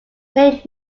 played